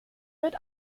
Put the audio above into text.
wird